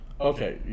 Okay